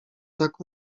tak